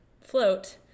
float